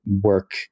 work